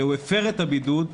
והוא הפר את הבידוד,